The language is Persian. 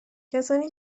کسانی